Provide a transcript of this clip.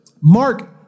Mark